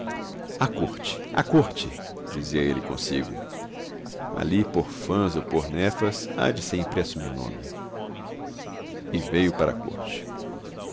corte à corte dizia ele consigo ali por fás ou por nefas há de ser impresso o meu nome e veio para a corte